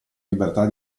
libertà